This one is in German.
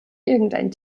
irgendein